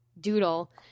doodle